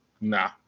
nah